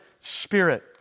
spirit